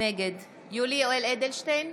נגד יולי יואל אדלשטיין,